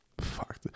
Fuck